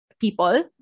people